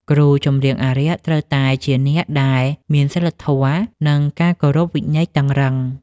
គ្រូចម្រៀងអារក្ស ត្រូវតែជាអ្នកដែលមានសីលធម៌ និងការគោរពវិន័យតឹងរ៉ឹង។